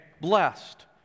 blessed